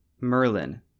Merlin